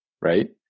right